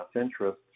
interest